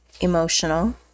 emotional